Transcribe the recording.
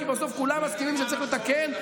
כי בסוף כולם מסכימים שצריך לתקן.